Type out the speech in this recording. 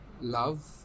Love